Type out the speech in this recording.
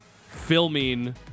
filming